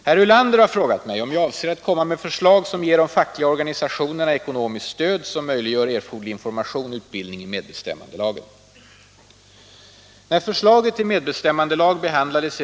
Herr Ulander har frågat mig om jag avser att komma med förslag som ger de fackliga organisationerna ekonomiskt stöd som möjliggör erforderlig information och utbildning i medbestämmandelagen.